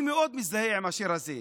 אני מאוד מזדהה עם השיר הזה,